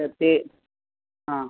എത്തി ആ